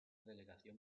delegación